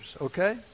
okay